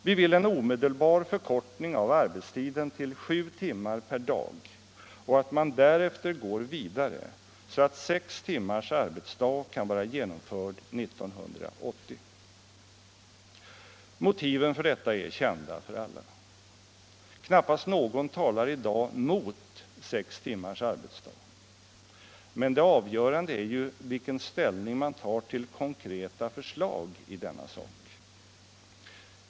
Vi vill en omedelbar förkortning av arbetstiden till sju timmar per dag och att man därefter går vidare, så att sex timmars arbetsdag kan vara genomförd 1980. Motiven för detta är kända för alla. Knappast någon talar i dag mot sex timmars arbetsdag. Men det avgörande är ju vilken ställning man tar till konkreta förslag i denna sak.